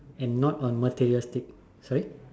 and not on materialistic sorry